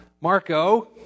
Marco